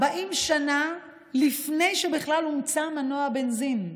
40 שנה לפני שבכלל הומצא מנוע הבנזין.